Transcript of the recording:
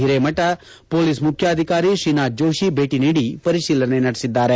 Hiremath police ಮುಖ್ಯಾಧಿಕಾರಿ ಶ್ರೀನಾಥ್ ಜೋಷಿ ಭೇಟಿ ನೀಡಿ ಪರಿಶೀಲನೆ ನಡೆಸಿದ್ದಾರೆ